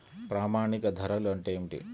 ప్రామాణిక ధరలు అంటే ఏమిటీ?